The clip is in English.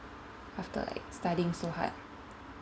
after like studying so hard